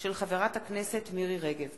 הצעתה של חברת הכנסת מירי רגב.